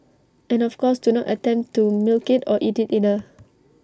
and of course do not attempt to milk IT or eat IT either